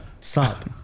Stop